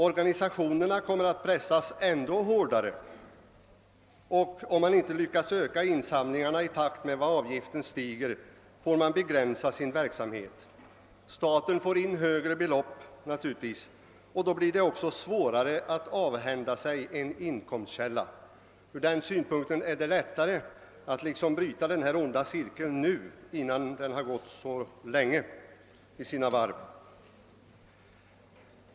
Organisationerna kommer att pressas ändå hårdare, och om man inte lyckas öka insamlingarna i takt med avgiftsstegringen får man begränsa sin verksamhet. Staten får naturligtvis in högre belopp, och då blir det också svårare att avhända sig inkomstkällan. Ur den synpunkten är det lättare att bryta den onda cirkeln nu, innan den gått för länge i sina varv.